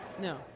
No